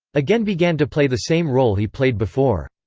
again began to play the same role he played before.